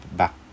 back